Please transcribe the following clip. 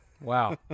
Wow